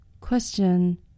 Question